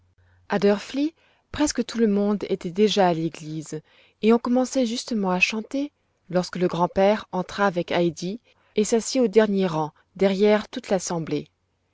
presque tout le monde était déjà à l'église et on commençait justement à chanter lorsque le grand-père entra avec heidi et s'assit au dernier banc derrière toute l'assemblée